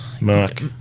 Mark